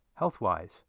Healthwise